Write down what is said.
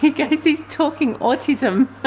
he goes, he's he's talking autism.